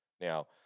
now